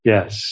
Yes